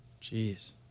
Jeez